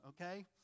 okay